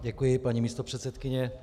Děkuji, paní místopředsedkyně.